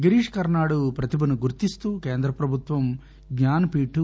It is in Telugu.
గిరీష్ కర్పాడ్ ప్రతిభను గుర్తిస్తూ కేంద్ర ప్రభుత్వం జ్ఞాన్ పీఠ్